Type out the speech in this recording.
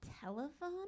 telephone